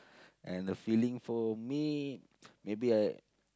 and the feeling for me maybe I